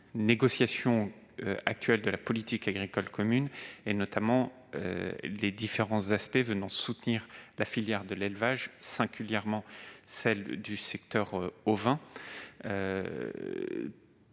négociations actuelles de la politique agricole commune, notamment des divers aspects de soutien à la filière de l'élevage, singulièrement celle du secteur ovin.